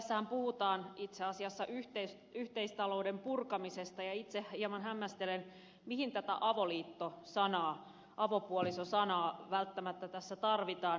tässähän puhutaan itse asiassa yhteistalouden purkamisesta ja itse hieman hämmästelen mihin tätä avoliitto sanaa avopuoliso sanaa välttämättä tässä tarvitaan